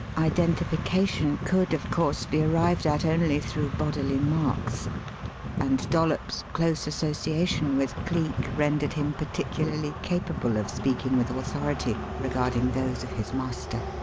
identification could, of course, be arrived at only through bodily marks and dollops's close association with cleek rendered him particularly capable of speaking with authority regarding those of his master.